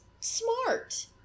smart